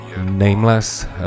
Nameless